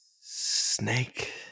snake